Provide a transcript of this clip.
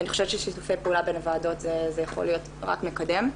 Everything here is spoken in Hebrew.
ואני חושבת ששיתוף הפעולה בין הוועדות יכול להיות רק מקדם.